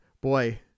boy